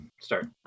Start